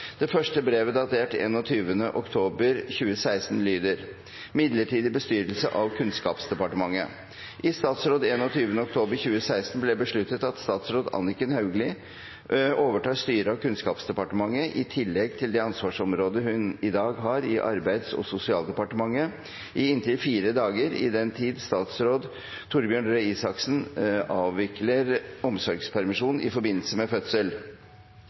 Det første brevet, datert 21. oktober, lyder: «Midlertidig bestyrelse av Kunnskapsdepartementet I statsråd 21. oktober 2016 ble det besluttet at statsråd Anniken Hauglie overtar styret av Kunnskapsdepartementet, i tillegg til det ansvarsområdet hun i dag har i Arbeids- og sosialdepartementet, i inntil 4 dager i den tid statsråd Torbjørn Røe Isaksen avvikler omsorgspermisjon i forbindelse med fødsel.»